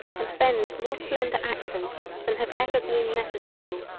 and bend more slender accents than have ever been necessary,